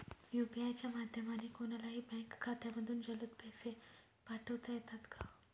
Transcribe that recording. UPI च्या माध्यमाने कोणलाही बँक खात्यामधून जलद पैसे पाठवता येतात का?